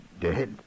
dead